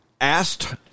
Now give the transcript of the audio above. asked